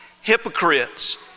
hypocrites